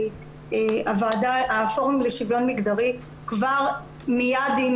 הפורום לשוויון מגדרי כבר מיד עם